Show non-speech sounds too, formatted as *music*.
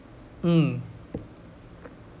mm *noise*